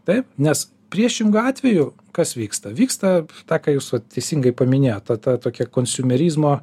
taip nes priešingu atveju kas vyksta vyksta tą ką jūs vat teisingai paminėjot ta ta tokia konsiumerizmo